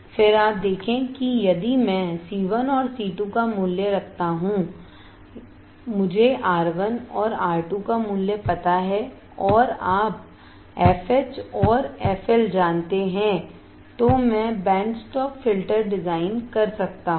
फिर आप देखें कि यदि मैं C1 और C2 का मूल्य रखता हूं मुझे R1 और R2 का पता है और आप fH और fL जानते हैं तो मैं बैंड स्टॉप फिल्टर डिजाइन कर सकता हूं